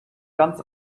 ganz